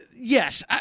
Yes